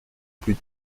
plus